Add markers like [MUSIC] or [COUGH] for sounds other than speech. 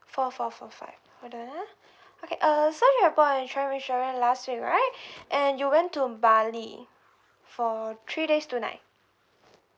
four four four five hold on ah okay uh so you've booked an travel insurance last week right [BREATH] and you went to bali for three days two night